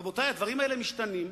רבותי, הדברים האלה משתנים,